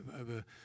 over